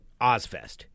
Ozfest